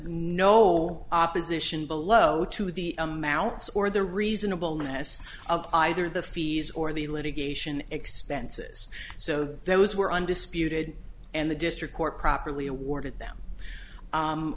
no opposition below to the amounts or the reasonable ness of either the fees or the litigation expenses so those were undisputed and the district court properly awarded them